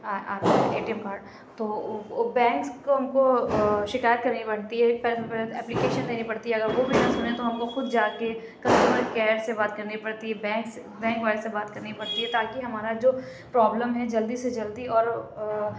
آ آتا ہے A T M card تو وہ بینکس کو ہم کو شکایت کرنی پڑتی ہے اپلیکیشن دینی پڑتی ہے اگر وہ بھی نہ سنیں تو ہم کو خود جا کے کسٹمر کیئر سے بات کرنی پڑتی ہے بینکس بینک والے سے بات کرنی پڑتی ہے تاکہ جو ہمارا جو پرابلم ہے جلدی سے جلدی اور